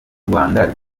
rwanda